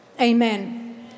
Amen